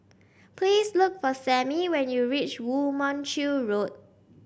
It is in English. please look for Sammie when you reach Woo Mon Chew Road